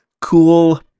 cool